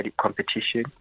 competition